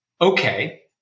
Okay